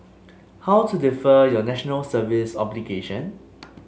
how to defer your National Service obligation